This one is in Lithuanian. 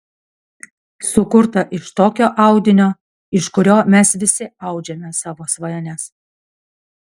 sukurta iš tokio audinio iš kurio mes visi audžiame savo svajones